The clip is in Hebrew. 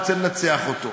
אני רוצה לנצח אותו.